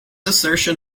assertion